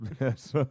yes